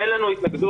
אין לנו התנגדות.